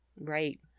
right